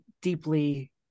deeply